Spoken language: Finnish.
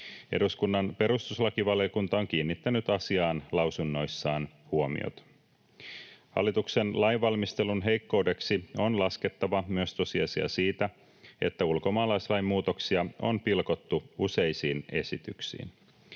Eduskunnan perustuslakivaliokunta on kiinnittänyt asiaan lausunnoissaan huomiota. Hallituksen lainvalmistelun heikkoudeksi on laskettava myös tosiasia siitä, että ulkomaalaislain muutoksia on pilkottu useisiin esityksiin.